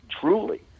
truly